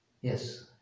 Yes